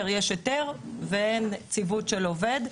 יש היתר אבל אין ציוות של עובד,